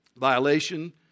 Violation